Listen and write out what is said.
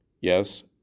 Yes